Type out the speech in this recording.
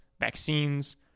vaccines